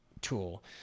tool